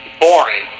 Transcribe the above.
boring